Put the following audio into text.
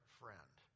friend